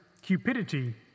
cupidity